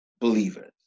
believers